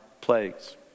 plagues